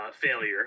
failure